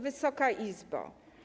Wysoka Izbo!